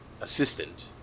assistant